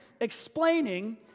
explaining